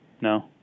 No